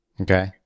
Okay